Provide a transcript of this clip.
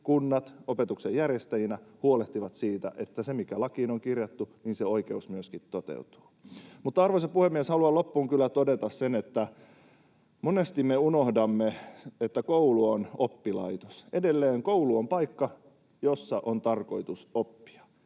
kunnat opetuksen järjestäjinä huolehtivat siitä, että se oikeus, mikä lakiin on kirjattu, myöskin toteutuu. Arvoisa puhemies! Haluan loppuun kyllä todeta sen, että monesti me unohdamme, että koulu on oppilaitos. Edelleen koulu on paikka, jossa on tarkoitus oppia.